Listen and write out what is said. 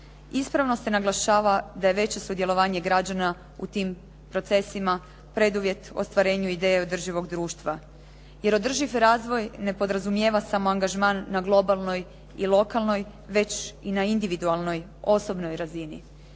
Ispravno se naglašava da je veće sudjelovanje građana u tim procesima preduvjet ostvarenju ideje održivog društva jer održivi razvoj ne podrazumijeva samo angažman na globalnoj i lokalnoj već i na individualnoj osobnoj razini.